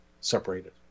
separated